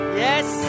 yes